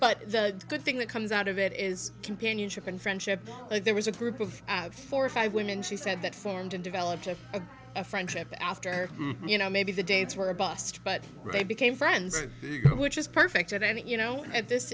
but the good thing that comes out of it is companionship and friendship there was a group of four or five women she said that formed and developed a friendship after you know maybe the dates were a bust but they became friends which is perfect and you know at this